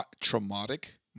traumatic